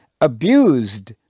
abused